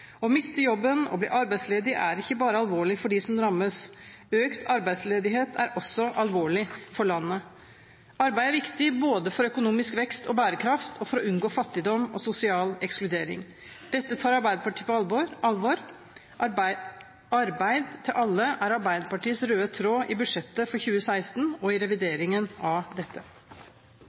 Å miste jobben og bli arbeidsledig er ikke bare alvorlig for dem som rammes. Økt arbeidsledighet er også alvorlig for landet. Arbeid er viktig både for økonomisk vekst og bærekraft og for å unngå fattigdom og sosial ekskludering. Dette tar Arbeiderpartiet på alvor. Arbeid til alle er Arbeiderpartiets røde tråd i budsjettet for 2016 og i revideringen av dette.